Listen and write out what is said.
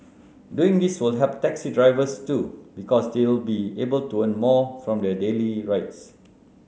doing this will help taxi drivers too because they'll be able to earn more from their daily rides